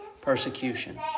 Persecution